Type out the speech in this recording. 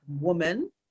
woman